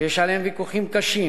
שיש עליהם ויכוחים קשים,